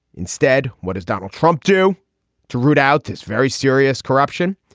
instead what is donald trump do to root out this very serious corruption.